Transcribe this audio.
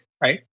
right